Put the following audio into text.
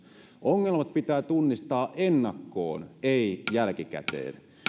ongelmat pitää tunnistaa ennakkoon ei jälkikäteen